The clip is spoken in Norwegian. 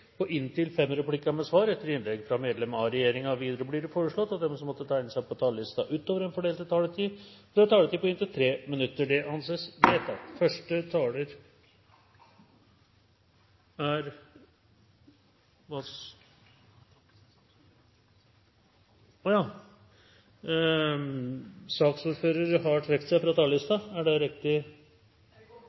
på inntil fem replikker med svar etter innlegg fra medlem av regjeringen innenfor den fordelte taletid. Videre blir det foreslått at de som måtte tegne seg på talerlisten utover den fordelte taletid, får en taletid på inntil 3 minutter. – Det anses vedtatt. Pasientenes autonomi og menneskerettighetene er viktige og grunnleggende prinsipper innenfor all behandling. Innenfor psykisk helsevern er